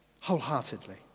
wholeheartedly